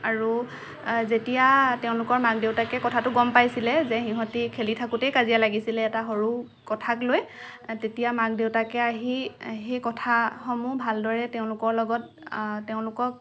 আৰু যেতিয়া তেওঁলোকৰ মাক দেউতাকে কথাটো গম পাইছিলে যে সিহঁতি খেলি থাকোঁতেই কাজিয়া লাগিছিলে এটা সৰু কথাক লৈ তেতিয়া মাক দেউতাকে আহি সেই কথাসমূহ ভালদৰে তেওঁলোকৰ লগত তেওঁলোকক